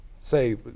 say